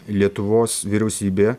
lietuvos vyriausybė